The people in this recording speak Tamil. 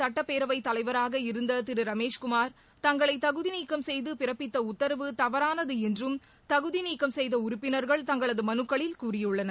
சுட்டப் பேரவைத் தலைவராக இருந்த திரு ரமேஷ்குமார் தங்களை தகுதி நீக்கம் செய்து பிறப்பித்த உத்தரவு தவறானது என்றும் தகுதி நீக்க உறுப்பினர்கள் தங்களது மனுக்களில் கூறியுள்ளனர்